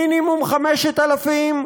מינימום 5,000,